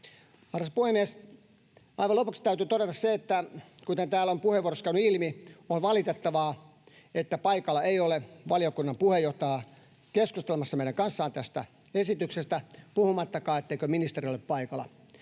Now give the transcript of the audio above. Arvoisa puhemies! Aivan lopuksi täytyy todeta se, että kuten täällä on puheenvuoroissa käynyt ilmi, on valitettavaa, että paikalla ei ole valiokunnan puheenjohtajaa keskustelemassa meidän kanssamme tästä esityksestä, puhumattakaan siitä, ettei ministeri ole paikalla.